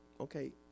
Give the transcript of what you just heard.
okay